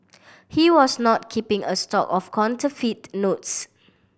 he was not keeping a stock of counterfeit notes